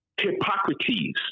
Hippocrates